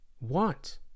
want